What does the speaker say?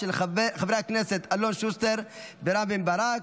של חברי הכנסת אלון שוסטר ורם בן ברק.